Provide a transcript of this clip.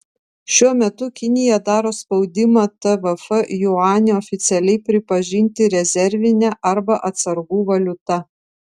šiuo metu kinija daro spaudimą tvf juanį oficialiai pripažinti rezervine arba atsargų valiuta